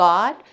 God